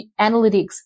Analytics